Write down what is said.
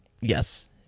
Yes